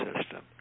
system